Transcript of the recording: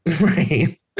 Right